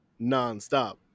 nonstop